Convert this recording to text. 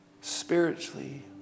spiritually